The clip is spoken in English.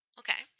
okay